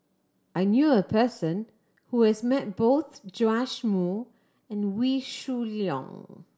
I knew a person who has met both Joash Moo and Wee Shoo Leong